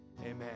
Amen